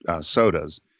sodas